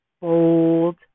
bold